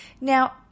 Now